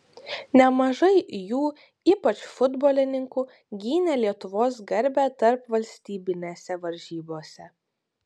nemažai jų ypač futbolininkų gynė lietuvos garbę tarpvalstybinėse varžybose